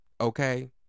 Okay